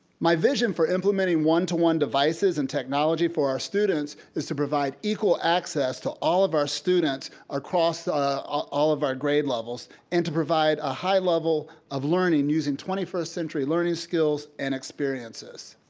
my vision for implementing one to one devices and technology for our students is to provide equal access to all of our students across ah all of our grade levels, and to provide a high level of learning using twenty first century learning skills and experiences.